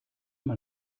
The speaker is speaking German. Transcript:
man